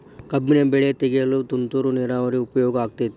ಕಬ್ಬಿನ ಬೆಳೆ ತೆಗೆಯಲು ತುಂತುರು ನೇರಾವರಿ ಉಪಯೋಗ ಆಕ್ಕೆತ್ತಿ?